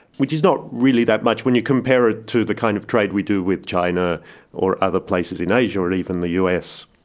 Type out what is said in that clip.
which is not really that much when you compare it to the kind of trade we do with china or other places in asia or even the us,